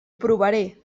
provaré